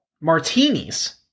Martinis